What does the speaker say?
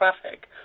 traffic